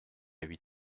huit